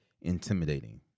intimidating